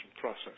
process